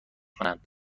کنند